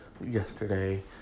yesterday